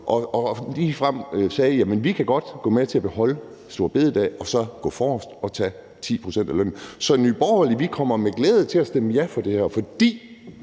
og ligefrem sagde: Jamen vi kan godt gå med til at beholde store bededag. Så kunne vi gå forrest, og man kunne tage 10 pct. af lønnen. Så i Nye Borgerlige kommer vi med glæde til at stemme ja til det her, fordi